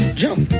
jump